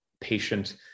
patient